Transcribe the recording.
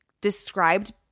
described